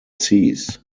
sees